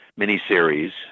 miniseries